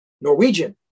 Norwegian